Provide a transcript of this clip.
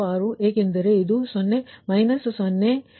946 ಏಕೆಂದರೆ ಇದು −0